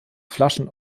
flaschen